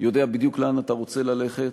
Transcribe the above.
יודע בדיוק לאן אתה רוצה ללכת,